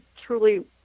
truly